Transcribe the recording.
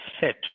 set